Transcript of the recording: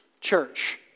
church